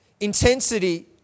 Intensity